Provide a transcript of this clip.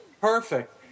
Perfect